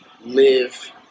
live